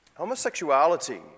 Homosexuality